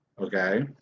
Okay